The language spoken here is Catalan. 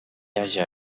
haja